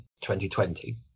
2020